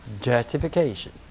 justification